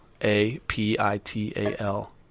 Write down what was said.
A-P-I-T-A-L